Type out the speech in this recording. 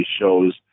shows